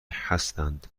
هستند